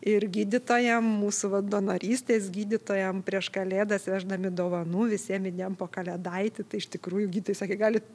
ir gydytojam mūsų va donorystės gydytojam prieš kalėdas nešdami dovanų visiem įdėjom po kalėdaitį tai iš tikrųjų gydytojai sakė galit